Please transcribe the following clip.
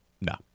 No